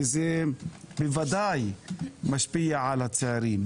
שזה בוודאי משפיע על הצעירים,